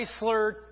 Chrysler